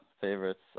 favorites